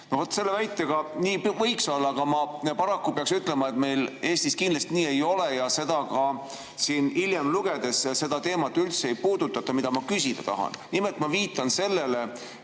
vaat selle väitega võiks olla [nõus], aga ma paraku pean ütlema, et meil Eestis kindlasti nii ei ole. Ka siit [edasi] lugedes seda teemat üldse ei puudutata, mida ma küsida tahan. Nimelt, ma viitan sellele,